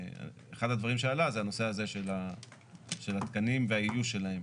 ואחד הדברים שעלה זה הנושא הזה של התקנים והאיוש שלהם.